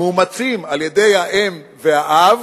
המאומצים על-ידי האם והאב,